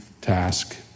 task